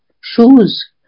shoes